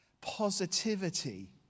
positivity